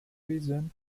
reason